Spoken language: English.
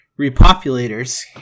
repopulators